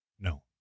No